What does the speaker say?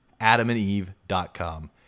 adamandeve.com